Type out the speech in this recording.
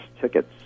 tickets